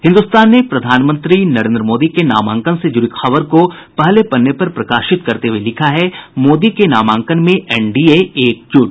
हिन्दुस्तान ने प्रधानमंत्री नरेंद्र मोदी के नामांकन से जुड़ी खबर को पहले पन्ने पर प्रकाशित करते हुये लिखा है मोदी के नामांकन में एनडीए एकजुट